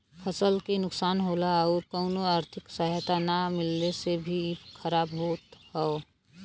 फसल के नुकसान होला आउर कउनो आर्थिक सहायता ना मिलले से भी इ खराब होत हौ